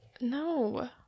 No